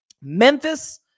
Memphis